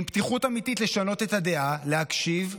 עם פתיחות אמיתית לשנות את הדעה, להקשיב,